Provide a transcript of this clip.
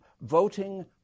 voting